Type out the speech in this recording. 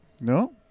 No